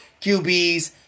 QBs